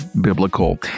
biblical